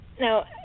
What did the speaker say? Now